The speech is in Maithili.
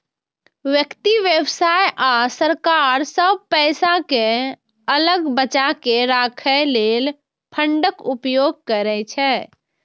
व्यक्ति, व्यवसाय आ सरकार सब पैसा कें अलग बचाके राखै लेल फंडक उपयोग करै छै